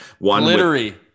Glittery